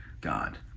God